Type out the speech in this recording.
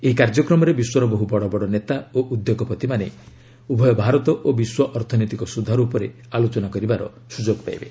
ଏହି କାର୍ଯ୍ୟକ୍ରମରେ ବିଶ୍ୱର ବହୁ ବଡ଼ ବଡ଼ ନେତା ଓ ଉଦ୍ୟୋଗପତିମାନେ ଉଭୟ ଭାରତ ଓ ବିଶ୍ୱ ଅର୍ଥନୈତିକ ସୁଧାର ଉପରେ ଆଲୋଚନା କରିବାକୁ ସୁଯୋଗ ପାଇବେ